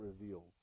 reveals